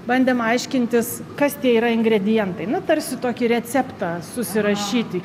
bandėm aiškintis kas tie yra ingredientai na tarsi tokį receptą susirašyti